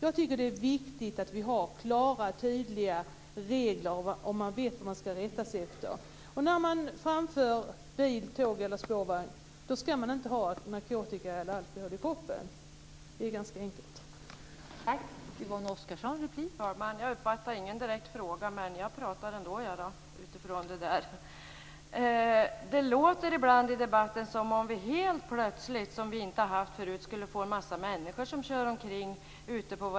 Jag tycker att det är viktigt att vi har klara och tydliga regler så att man vet vad man skall rätta sig efter. När man framför bil, tåg eller spårvagn skall man inte ha narkotika eller alkohol i kroppen.